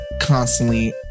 constantly